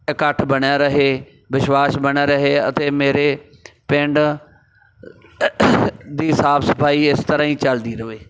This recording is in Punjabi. ਇਕੱਠ ਬਣਿਆ ਰਹੇ ਵਿਸ਼ਵਾਸ ਬਣਿਆ ਰਹੇ ਅਤੇ ਮੇਰੇ ਪਿੰਡ ਦੀ ਸਾਫ਼ ਸਫਾਈ ਇਸ ਤਰ੍ਹਾਂ ਹੀ ਚੱਲਦੀ ਰਹੇ